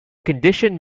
condition